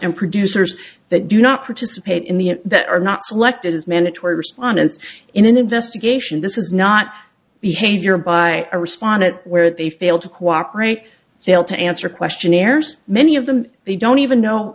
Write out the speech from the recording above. and producers that do not participate in the that are not selected as mandatory respondents in an investigation this is not behavior by a respondent where they fail to cooperate fail to answer question errors many of them they don't even know